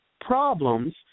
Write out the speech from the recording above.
problems